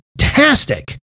fantastic